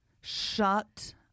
Shut